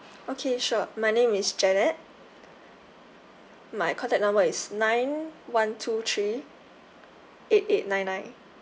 okay sure my name is janet my contact number is nine one two three eight eight nine nine